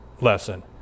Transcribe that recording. lesson